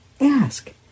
ask